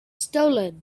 stolen